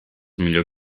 millor